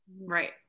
Right